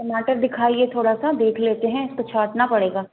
टमाटर दिखाइये थोड़ा सा देख लेते हैं तो छांटना पड़ेगा